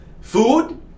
food